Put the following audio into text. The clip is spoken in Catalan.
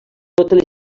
totes